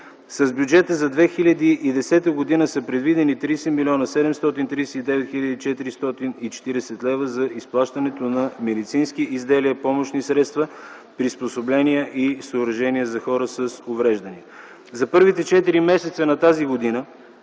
С бюджета за 2010 г. са предвидени 30 млн. 739 хил. 440 лв. за изплащането на медицински изделия и помощни средства, приспособления и съоръжения за хора с увреждания. За първите четири месеца на тази година